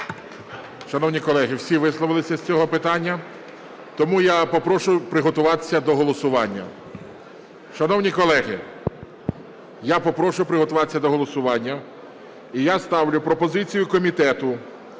Шановні колеги, всі висловилися з цього питання, тому я попрошу приготуватися до голосування. Шановні колеги, я попрошу приготуватися до голосування. І я ставлю пропозицію комітету